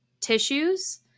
tissues